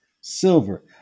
silver